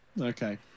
Okay